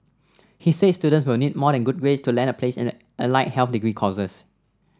he said students will need more than good grades to land a place in the allied health degree courses